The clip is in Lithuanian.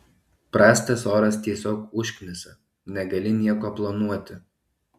prastas oras tiesiog užknisa negali nieko planuoti